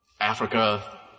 Africa